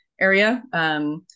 area